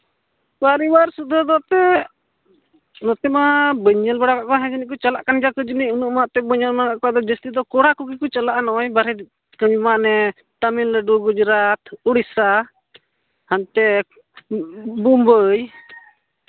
ᱯᱚᱨᱤᱵᱟᱨ ᱥᱩᱫᱷᱟᱹ ᱫᱚ ᱮᱱᱛᱮᱫ ᱱᱚᱛᱮ ᱢᱟ ᱵᱟᱹᱧ ᱧᱮᱞ ᱵᱟᱲᱟᱣ ᱠᱟᱫ ᱠᱚᱣᱟ ᱦᱮᱸ ᱡᱟᱹᱱᱤᱡ ᱠᱚ ᱪᱟᱞᱟᱜ ᱠᱟᱱ ᱜᱮᱭᱟ ᱠᱚ ᱡᱟᱹᱱᱤᱡ ᱚᱱᱟ ᱢᱟ ᱮᱱᱛᱮᱫ ᱵᱟᱹᱧ ᱮᱢᱟ ᱠᱟᱫ ᱠᱚᱣᱟ ᱡᱟᱹᱥᱛᱤ ᱫᱚ ᱠᱚᱲᱟ ᱠᱚᱜᱮ ᱠᱚ ᱪᱟᱞᱟᱜᱼᱟ ᱱᱚᱜᱼᱚᱭ ᱵᱟᱦᱨᱮ ᱠᱟᱹᱢᱤ ᱢᱟ ᱚᱱᱮ ᱛᱟᱹᱢᱤᱞᱱᱟᱹᱰᱩ ᱜᱩᱡᱽᱨᱟᱴ ᱩᱲᱤᱥᱥᱟ ᱦᱟᱱᱛᱮ ᱵᱩᱢᱵᱟᱹᱭ